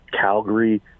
calgary